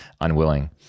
unwilling